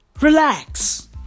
Relax